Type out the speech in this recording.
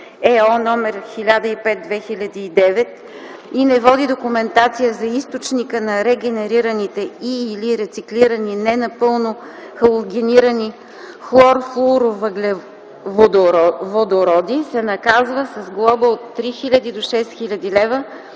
/ЕО/ № 1005/2009, и не води документация за източника на регенерираните и/или рециклирани ненапълно халогенирани хлорфлуорвъглеводороди, се наказва с глоба от 3000 до 6000 лв.,